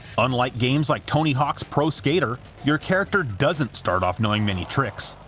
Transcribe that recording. unlike games like tony hawk's pro skater, your character doesn't start off knowing many tricks,